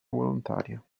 volontaria